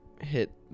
hit